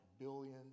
billion